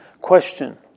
question